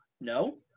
No